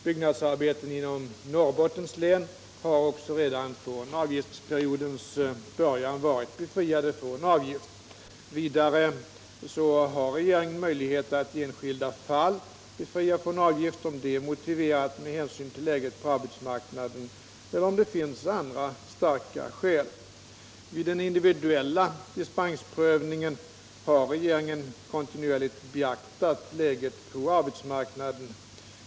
Byggnadsarbeten inom Norrbottens län har också redan från avgiftsperiodens början varit befriade från avgift. Vidare har regeringen möjlighet att i enskilda fall befria från avgift, om det är motiverat med hänsyn till läget på arbetsmarknaden eller om det finns andra starka skäl, Vid den individuella dispensprövningen har regeringen kontinuerligt beaktat läget på arbetsmarknaden.